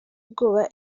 ubwoba